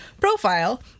profile